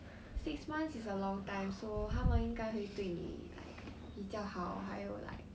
six months is a long time so 他们应该会对你 like 比较好还有 like